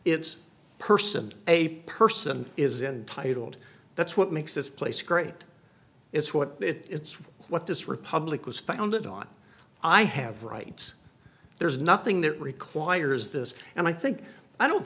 it's person a person is entitled that's what makes this place great it's what it's what this republic was founded on i have rights there's nothing that requires this and i think i don't